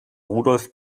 rudolf